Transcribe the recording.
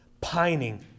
pining